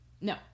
no